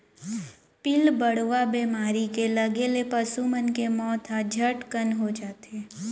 पिलबढ़वा बेमारी के लगे ले पसु मन के मौत ह झटकन हो जाथे